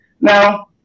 Now